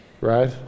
right